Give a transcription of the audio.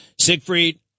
Siegfried